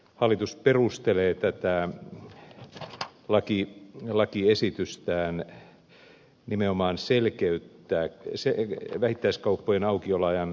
hallitus perustelee tätä lakiesitystään nimenomaan vähittäiskauppojen aukioloajan selkeyttämisellä